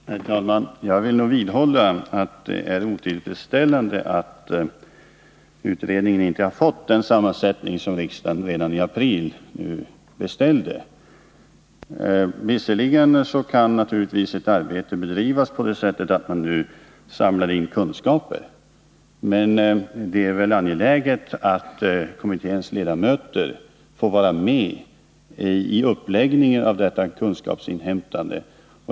Herr talman! Jag vill nog vidhålla att det är otillfredsställande att utredningen inte har fått en sådan sammansättning som riksdagen beställde redan i april. Visserligen kan ett arbete bedrivas på det sättet att man först samlar in kunskaper, men det är angeläget att kommitténs ledamöter får vara med i uppläggningen av arbetet med detta kunskapsinhämtande.